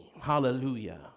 Hallelujah